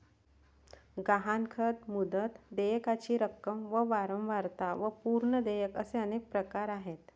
गहाणखत, मुदत, देयकाची रक्कम व वारंवारता व पूर्व देयक असे अनेक प्रकार आहेत